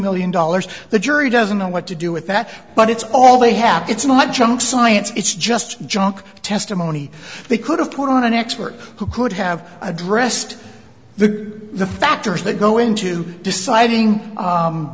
million dollars the jury doesn't know what to do with that but it's all they have it's not junk science it's just junk testimony they could have put on an expert who could have addressed the the factors that go into deciding